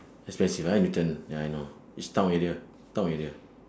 especially I like newton ah ya I know it's town area town area